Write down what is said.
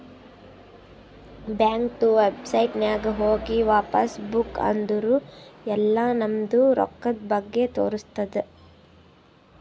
ಬ್ಯಾಂಕ್ದು ವೆಬ್ಸೈಟ್ ನಾಗ್ ಹೋಗಿ ಪಾಸ್ ಬುಕ್ ಅಂದುರ್ ಎಲ್ಲಾ ನಮ್ದು ರೊಕ್ಕಾದ್ ಬಗ್ಗೆ ತೋರಸ್ತುದ್